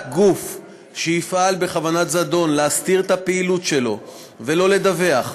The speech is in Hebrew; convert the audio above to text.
רק גוף שיפעל בכוונת זדון להסתיר את הפעילות שלו ולא לדווח,